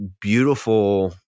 beautiful